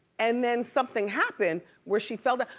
and then something happened where she fell down.